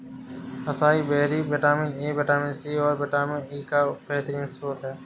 acai berry vitamin A, vitamin C, और vitamin E का बेहतरीन स्त्रोत है